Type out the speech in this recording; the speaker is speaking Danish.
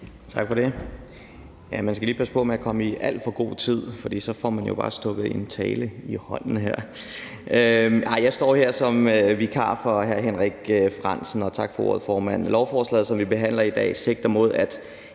Tak for det. Ja, man skal lige passe på med at komme i alt for god tid, for så får man jo bare stukket en tale i hånden her. Men jeg står her som vikar for hr. Henrik Frandsen, og tak for ordet, formand. Lovforslaget, som vi behandler i dag, sigter mod at